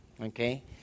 Okay